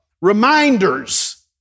reminders